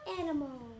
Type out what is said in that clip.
animals